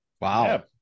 wow